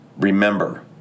remember